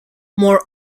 more